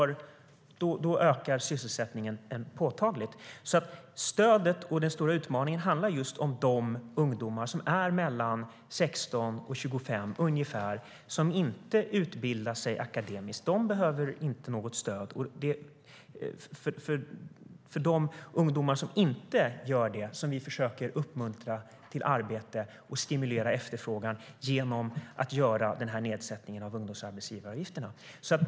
Stödet och den stora utmaningen handlar just om de ungdomar som är mellan ungefär 16 och 25 och som inte utbildar sig akademiskt. Det är inte de som utbildar sig som behöver stöd, men det är de ungdomar som inte utbildar sig som vi försöker uppmuntra till arbete, och vi vill stimulera efterfrågan genom nedsättningen av ungdomsarbetsgivaravgifterna.